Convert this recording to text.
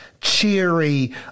cheery